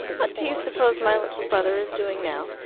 what do you suppose my little brother is doing now?